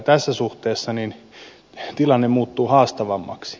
tässä suhteessa tilanne muuttuu haastavammaksi